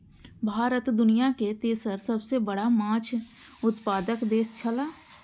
भारत दुनिया के तेसर सबसे बड़ा माछ उत्पादक देश छला